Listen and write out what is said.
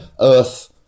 Earth